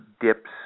dips